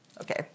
Okay